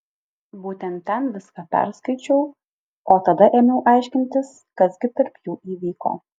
būtent ten viską perskaičiau o tada ėmiau aiškintis kas gi tarp jų įvyko